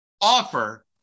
offer